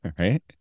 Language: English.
right